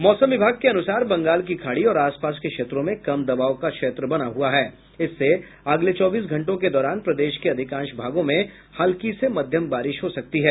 मौसम विभाग के अनुसार बंगाल की खाड़ी और आसपास के क्षेत्रों में कम दबाव का क्षेत्र बना हुआ है इससे अगले चौबीस घंटों के दौरान प्रदेश के अधिकांश भागों में हल्की से मध्यम बारिश हो सकती है